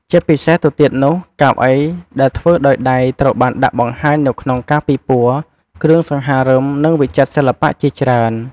ជាពិសេសទៅទៀតនោះ កៅអីដែលធ្វើដោយដៃត្រូវបានដាក់បង្ហាញនៅក្នុងការពិព័រណ៍គ្រឿងសង្ហារឹម និងវិចិត្រសិល្បៈជាច្រើន។